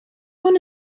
one